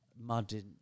modern